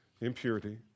impurity